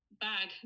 bag